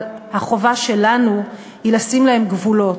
אבל החובה שלנו היא לשים להם גבולות.